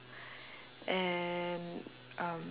and um